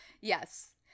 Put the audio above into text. Yes